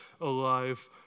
alive